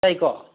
ꯇꯥꯏꯀꯣ